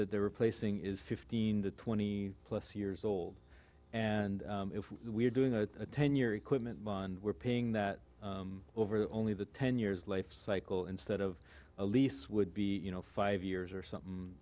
that they're replacing is fifteen to twenty plus years old and if we're doing a ten year equipment bond we're paying that over only the ten years life cycle instead of a lease would be you know five years or something